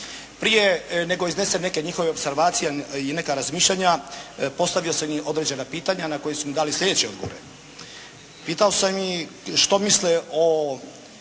Prije nego iznesem neke njihove opservacije i neka razmišljanja postavio sam im određena pitanja na koja su mi dali sljedeće odgovore. Pitao sam ih što misle o